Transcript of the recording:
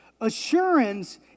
Assurance